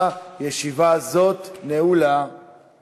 ונתנה את ההמלצות